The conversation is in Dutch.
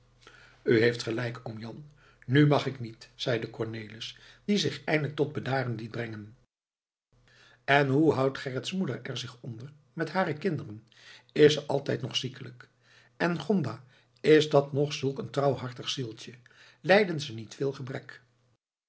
u heeft gelijk oom jan nu mag ik niet zeide cornelis die zich eindelijk tot bedaren liet brengen en hoe houdt gerrits moeder er zich onder met hare kinderen is ze altijd nog ziekelijk en gonda is dat nog zulk een trouwhartig zieltje lijden ze niet veel gebrek